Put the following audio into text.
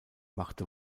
machte